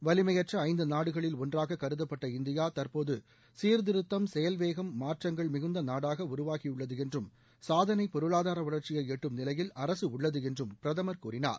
வளிமையற்ற ஐந்து நாடுகளில் ஒன்றாக கருதப்பட்ட இந்தியா தற்போது சீர்திருத்தம் செயல்வேகம் மாற்றங்கள் மிகுந்த நாடாக உருவாகியுள்ளது என்றும் சாதணை பொருளாதார வளர்ச்சியை எட்டும் நிலையில் அரசு உள்ளது என்றும் பிரதமர் கூறினார்